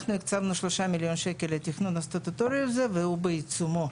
הקצבנו שלושה מיליון שקלים לתכנון הסטטוטורי הזה והוא בעיצומו.